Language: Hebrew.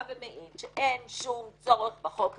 בא ומעיד שאין שום צורך בחוק הזה.